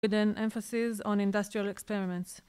‫באמפיסטים על אקספרימנטים אינדוסטריים.